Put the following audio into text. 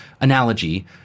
analogy